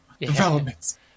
developments